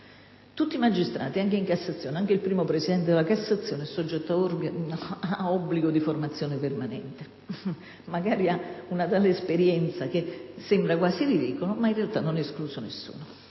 Tutti i magistrati, anche in Cassazione, anche il primo presidente della Cassazione, sono soggetti ad obbligo di formazione permanente; magari hanno una tale esperienza che ciò sembra quasi ridicolo, ma, in realtà, nessuno è escluso.